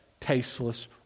tasteless